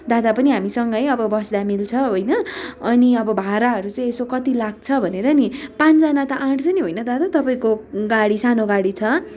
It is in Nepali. दादा पनि हामीसँगै अब बस्दा मिल्छ होइन अनि अब भाडाहरू चाहिँ यसो कति लाग्छ भनेर नि पाँचजना त आँट्छ नि होइन दादा तपाईँको गाडी सानो गाडी छ